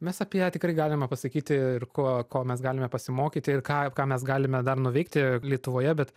mes apie ją tikrai galime pasakyti ir ko ko mes galime pasimokyti ir ką ką mes galime dar nuveikti lietuvoje bet